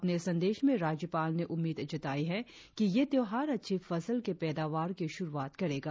अपने संदेश में राज्यपाल ने उम्मीद जताई कि ये त्यौहार अच्छी फसल की पैदावार की श्रुआत करेगा